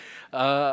uh